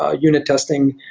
ah unit testing,